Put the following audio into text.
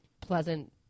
pleasant